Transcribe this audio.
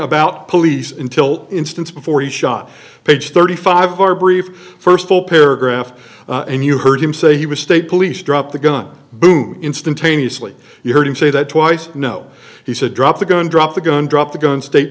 about police until instance before he shot page thirty five our brief first full paragraph and you heard him say he was state police drop the gun boom instantaneously you heard him say that twice no he said drop the gun drop the gun drop the gun state